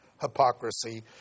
hypocrisy